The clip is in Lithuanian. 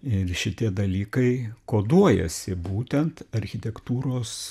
ir šitie dalykai koduojasi būtent architektūros